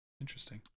Interesting